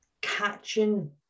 catching